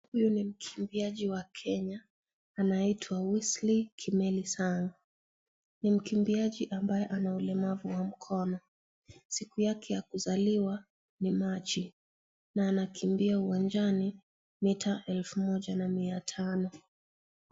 Huyu ni mkimbiaji wa Kenya, anaitwa Wesley Kimelisang. Ni mkimbiaji ambaye an ulemavu wa mkono. Siku yake ya kuzaliwa ni Machi na anakimbia uwanjani mita elfu moja na mia tano.